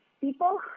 People